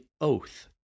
oath